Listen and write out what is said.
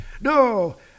no